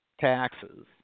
taxes